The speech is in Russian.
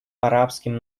арабским